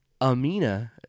Amina